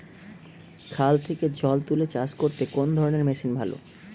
খাল থেকে জল তুলে চাষ করতে কোন ধরনের মেশিন ভালো?